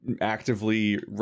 actively